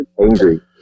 angry